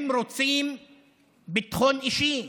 הם רוצים ביטחון אישי,